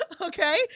okay